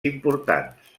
importants